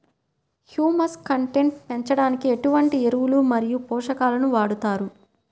Humus content పెంచడానికి ఎటువంటి ఎరువులు మరియు పోషకాలను వాడతారు?